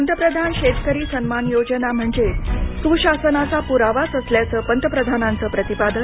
पंतप्रधान शेतकरी सन्मान योजना म्हणजे सुशासनाचा पुरावाच असल्याचं पंतप्रधानांचं प्रतिपादन